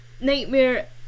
Nightmare